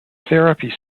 therapy